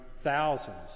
thousands